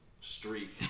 streak